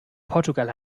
portugal